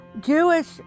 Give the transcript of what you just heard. Jewish